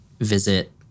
visit